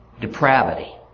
depravity